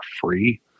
free